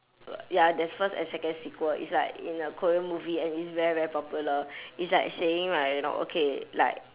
ya there's first and second sequel it's like in a korean movie and it's very very popular it's like saying right you know okay like